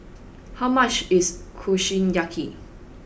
how much is Kushiyaki